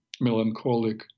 melancholic